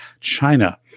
China